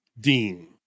Dean